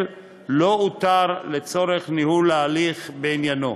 לא אותר לצורך ניהול ההליך בעניינו.